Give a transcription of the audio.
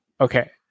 okay